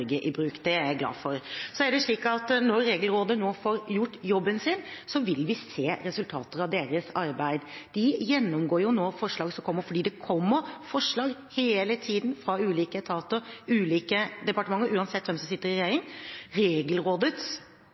i bruk. Det er jeg glad for. Når Regelrådet nå får gjort jobben sin, vil vi se resultater av deres arbeid. Det vil hele tiden komme forslag fra ulike etater og ulike departementer, uansett hvem som sitter i regjering. Regelrådets